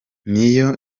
ngiyo